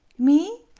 me?